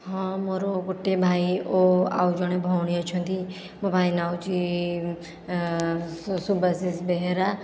ହଁ ମୋର ଗୋଟିଏ ଭାଇ ଓ ଆଉ ଜଣେ ଭଉଣୀ ଅଛନ୍ତି ମୋ ଭାଇ ନାଁ ହେଉଛି ସୁଭାଶିଷ ବେହେରା